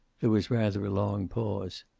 there was rather a long pause.